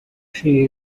she